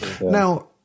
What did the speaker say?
Now